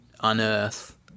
unearth